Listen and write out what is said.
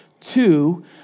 Two